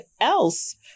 else